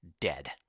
dead